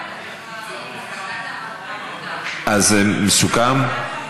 אז מסוכם?